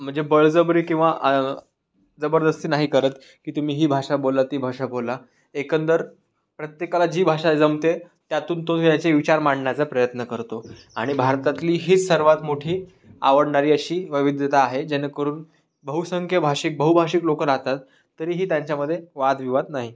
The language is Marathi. म्हणजे बळजबरी किंवा जबरदस्ती नाही करत की तुम्ही ही भाषा बोला ती भाषा बोला एकंदर प्रत्येकाला जी भाषा जमते त्यातून तो त्याचे विचार मांडण्याचा प्रयत्न करतो आणि भारतातली ही सर्वात मोठी आवडणारी अशी वैविध्यता आहे जेणेकरून बहुसंख्ये भाषिक बहुभाषिक लोकं राहतात तरीही त्यांच्यामध्ये वादविवाद नाही